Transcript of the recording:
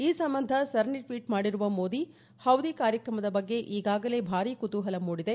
ಈ ಸಂಬಂಧ ಸರಣಿ ಟ್ವೀಟ್ ಮಾಡಿರುವ ಮೋದಿ ಹೌದಿ ಕಾರ್ಯಕ್ರಮದ ಬಗ್ಗೆ ಈಗಾಗಲೇ ಭಾರಿ ಕುತೂಹಲ ಮೂಡಿದೆ